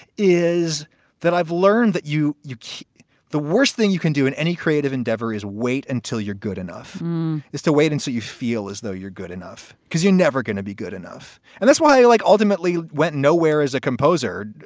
is that i've learned that you you the worst thing you can do in any creative endeavor is wait until you're good enough is to wait. and so you feel as though you're good enough because you're never going to be good enough. and that's why i like ultimately went nowhere as a composer.